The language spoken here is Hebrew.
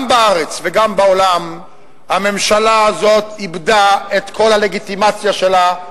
גם בארץ וגם בעולם הממשלה הזאת איבדה את כל הלגיטימציה שלה,